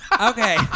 Okay